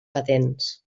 patents